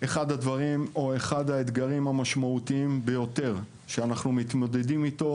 אחד האתגרים המשמעותיים ביותר שאנחנו מתמודדים איתו,